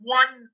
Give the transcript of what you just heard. one